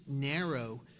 narrow